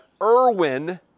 Irwin